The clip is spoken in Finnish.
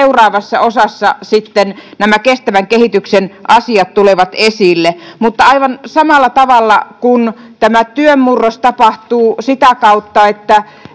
seuraavassa osassa sitten nämä kestävän kehityksen asiat tulevat esille. Mutta aivan samalla tavalla kuin tämä työn murros tapahtuu sitä kautta, että